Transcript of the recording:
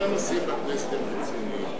כל הנושאים בכנסת הם רציניים.